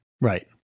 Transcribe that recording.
right